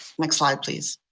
next slide, please.